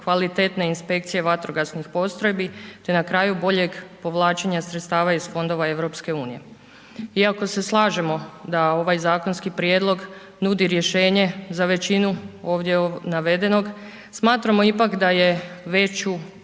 kvalitetne inspekcije vatrogasnih postrojbi, te na kraju boljeg povlačenja sredstava iz Fondova EU. Iako se slažemo da ovaj zakonski prijedlog nudi rješenje za većinu ovdje navedenog, smatramo ipak da je veću